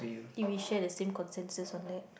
think we share the same consensus on that